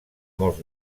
molts